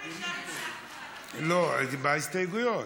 לא, זה בהסתייגויות.